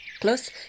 Plus